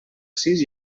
sis